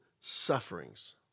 sufferings